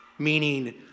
meaning